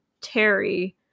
Terry